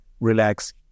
relax